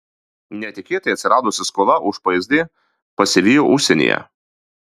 netikėtai atsiradusi skola už psd pasivijo užsienyje